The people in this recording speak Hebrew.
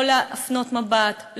לא להפנות מבט,